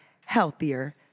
healthier